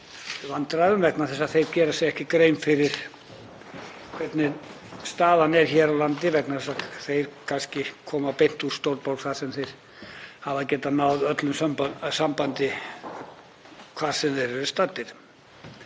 í vandræðum vegna þess að þeir gera sér ekki grein fyrir hvernig staðan er hér á landi vegna þess að þeir koma kannski beint úr stórborg þar sem þeir hafa getað náð sambandi hvar sem þeir eru staddir.